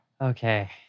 okay